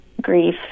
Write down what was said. grief